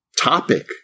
topic